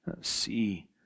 see